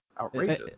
outrageous